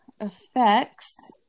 effects